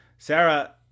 Sarah